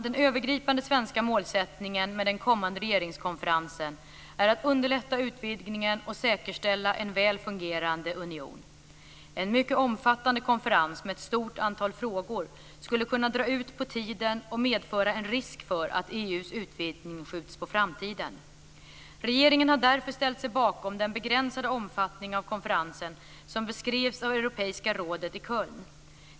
Den övergripande svenska målsättningen med den kommande regeringskonferensen är att man ska underlätta utvidgningen och säkerställa en väl fungerande union. En mycket omfattande konferens med ett stort antal frågor skulle kunna dra ut på tiden och medföra en risk för att EU:s utvidgning skjuts på framtiden. Regeringen har därför ställt sig bakom den begränsade omfattning av konferensen som beskrevs av europeiska rådet i Köln.